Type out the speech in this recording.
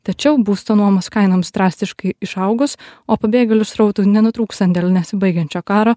tačiau būsto nuomos kainoms drastiškai išaugus o pabėgėlių srautui nenutrūkstant dėl nesibaigiančio karo